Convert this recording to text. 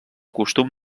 costum